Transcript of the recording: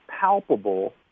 palpable